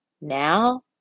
Now